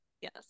yes